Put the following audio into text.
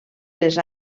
les